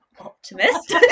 optimist